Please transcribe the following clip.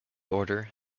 order